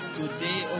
today